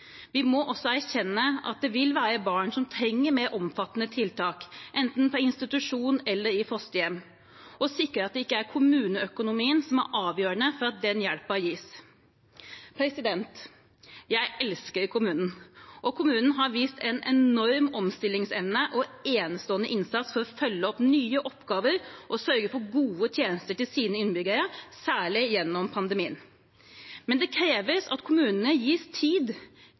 Vi må også erkjenne at det vil være barn som trenger mer omfattende tiltak, enten på institusjon eller i fosterhjem, og sikre at det ikke er kommuneøkonomien som er avgjørende for at den hjelpen gis. Jeg elsker kommunen, og kommunen har vist en enorm omstillingsevne og enestående innsats for å følge opp nye oppgaver og sørge for gode tjenester til sine innbyggere, særlig gjennom pandemien. Men det krever at kommunene gis tid,